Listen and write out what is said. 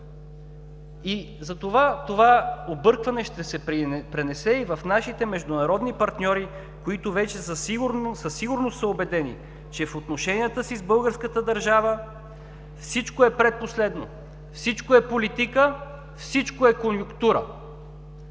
Затова объркването ще се пренесе и в нашите международни партньори, които вече със сигурност са убедени, че в отношенията си с българската държава всичко е предпоследно, всичко е политика, всичко е конюнктура!